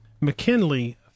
McKinley